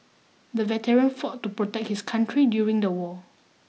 the veteran fought to protect his country during the war